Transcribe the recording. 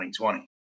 2020